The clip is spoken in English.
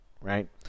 right